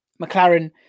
McLaren